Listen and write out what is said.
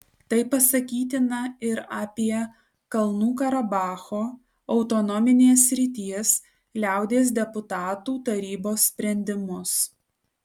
tai pasakytina ir apie kalnų karabacho autonominės srities liaudies deputatų tarybos sprendimus